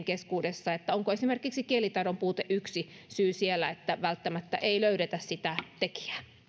keskuudessa tämä onko esimerkiksi kielitaidon puute yksi syy siellä että välttämättä ei löydetä sitä tekijää